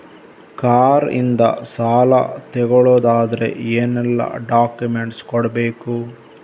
Car ಇಂದ ಸಾಲ ತಗೊಳುದಾದ್ರೆ ಏನೆಲ್ಲ ಡಾಕ್ಯುಮೆಂಟ್ಸ್ ಕೊಡ್ಬೇಕು?